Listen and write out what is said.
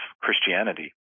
Christianity